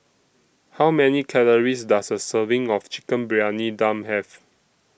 How Many Calories Does A Serving of Chicken Briyani Dum Have